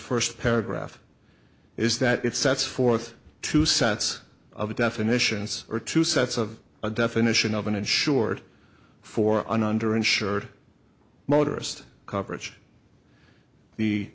first paragraph is that it sets forth two sets of definitions are two sets of a definition of an insured for under insured motorists coverage the